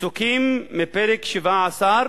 פסוקים מפרק 17,